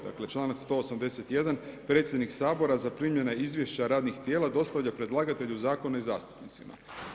Dakle članak 181., predsjednik Sabora zaprimljena izvješća radnih tijela dostavlja predlagatelju zakona i zastupnicima.